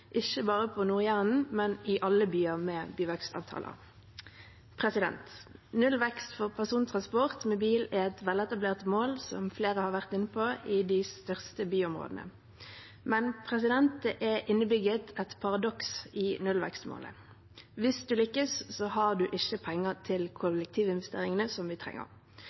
ikke bare på Nord-Jæren, men i alle byer med byvekstavtaler. Nullvekst for persontransport med bil er et veletablert mål, som flere har vært inne på, i de største byområdene. Men det er innebygd et paradoks i nullvekstmålet. Hvis man lykkes, har man ikke penger til kollektivinvesteringene som vi trenger.